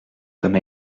comme